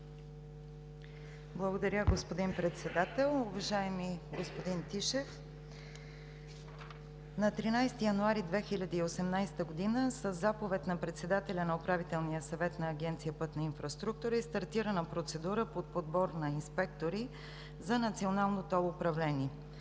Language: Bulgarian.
Благодаря, господин Председател. Уважаеми господин Тишев, на 13 януари 2018 г. със Заповед на председателя на Управителния съвет на Агенция „Пътна инфраструктура“ е стартирана процедура по подбор на инспектори за Национално ТОЛ управление.